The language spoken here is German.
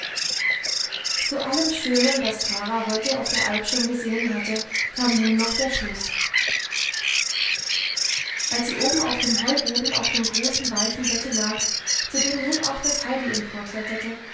zu allem schönen das klara heute auf der alp schon gesehen hatte kam nun noch der schluß als sie oben auf dem heuboden auf dem großen weichen bette lag zu dem nun auch das heidi